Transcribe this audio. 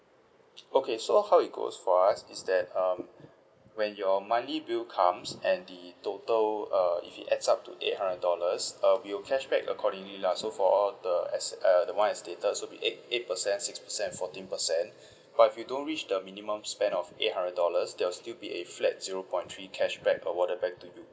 okay so how it goes for us is that um when your monthly bill comes and the total uh if it adds up to eight hundred dollars um we'll cashback accordingly lah so for all the asset uh the [one] I stated so it'll be eight eight percent six percent and fourteen percent but if you don't reach the minimum spend of eight hundred dollars there will still be a flat zero point three cashback awarded back to you